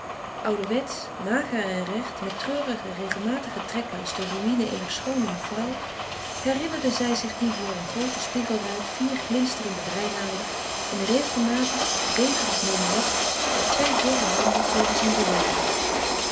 ouderwetsch mager en recht met treurige regelmatige trekken als de ruïne eener schoone vrouw herinnerde zij zich die voor een groote spiegelruit vier glinsterende breinaalden in regelmatig beverig menuet met twee dorre handen te hebben zien bewegen